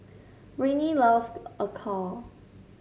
Britny loves acar